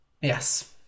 Yes